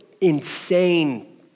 insane